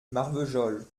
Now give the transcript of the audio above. marvejols